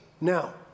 Now